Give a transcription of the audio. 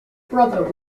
brother